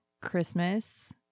Christmas